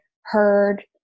heard